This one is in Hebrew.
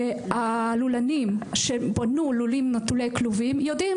הלולנים שבנו לולים נטולי כלובים יודעים